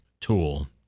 tool